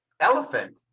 elephant